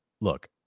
look